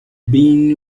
been